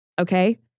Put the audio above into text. okay